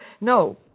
No